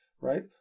right